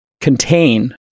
contain